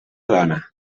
dona